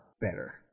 better